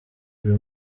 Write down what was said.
buri